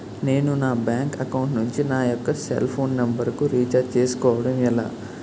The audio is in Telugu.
నేను నా బ్యాంక్ అకౌంట్ నుంచి నా యెక్క సెల్ ఫోన్ నంబర్ కు రీఛార్జ్ చేసుకోవడం ఎలా?